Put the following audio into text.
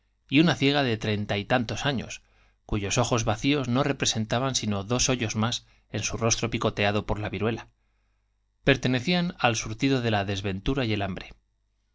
y una ciega de treinta y tantos años cuyos ojos vacíos no representaban sino dos hoyos más en su rostro picoteado por le viruela pertenecían al surtido de la desventura y el hambre